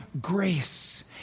grace